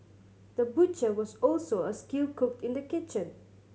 the butcher was also a skilled cook in the kitchen